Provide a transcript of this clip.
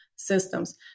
Systems